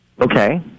Okay